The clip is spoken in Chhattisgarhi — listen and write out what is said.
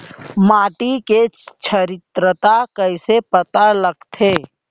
माटी के क्षारीयता कइसे पता लगथे?